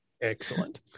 excellent